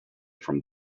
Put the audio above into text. from